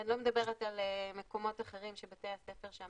ואני לא מדברת על מקומות אחרים שבבתי הספר שם